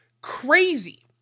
crazy